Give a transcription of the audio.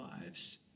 lives